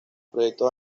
proyectos